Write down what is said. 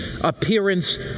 appearance